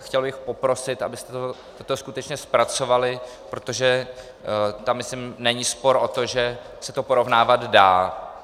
Chtěl bych poprosit, abyste toto skutečně zpracovali, protože tam myslím není spor o to, že se to porovnávat dá.